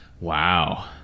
Wow